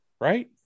Right